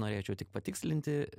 norėčiau tik patikslinti